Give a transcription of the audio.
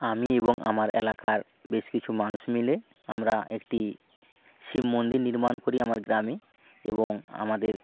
আমি এবং আমার এলাকার বেশ কিছু মানুষ মিলে আমরা একটি শিব মন্দির নির্মাণ করি আমার গ্রামে এবং আমাদের